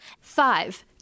Five